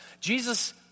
Jesus